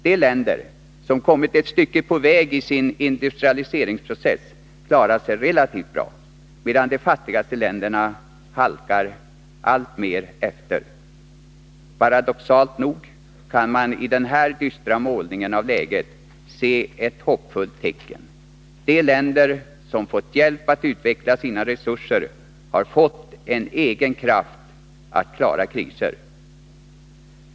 De länder som kommit ett stycke på väg i sin industrialiseringsprocess klarar sig relativt bra, medan de fattigaste länderna halkar alltmer efter. Paradoxalt nog kan man i denna dystra målning av läget se ett hoppfullt tecken: de länder som fått hjälp att utveckla sina resurser har fått en egen kraft att klara kriser.